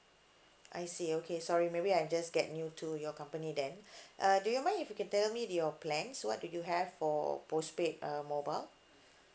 I see okay sorry maybe I just get new to your company then uh do you mind if you can tell me the your plans so what do you have for postpaid err mobile